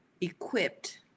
equipped